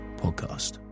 Podcast